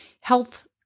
health